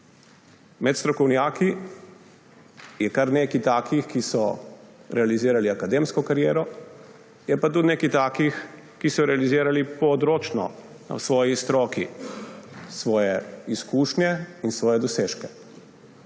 Med strokovnjaki je kar nekaj takih, ki so realizirali akademsko kariero; je pa tudi nekaj takih, ki so realizirali področno, na svoji stroki, svoje izkušnje in svoje dosežke.